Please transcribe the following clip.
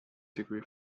degree